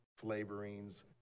flavorings